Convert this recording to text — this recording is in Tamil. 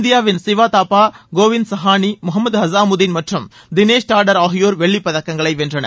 இந்தியாவின் சிவதாப்பா கோவிந்த் சஹானி முகமது ஹஸாமுதின் மற்றும் தினேஷ் டாடர் ஆகியோர் வெள்ளி பதக்கங்களை வென்றனர்